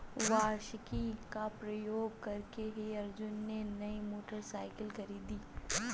वार्षिकी का प्रयोग करके ही अनुज ने नई मोटरसाइकिल खरीदी